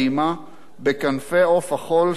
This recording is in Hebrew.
בכנפי עוף החול שאנחנו?